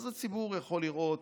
אז הציבור יכול לראות,